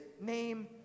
name